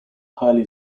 highly